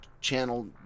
channel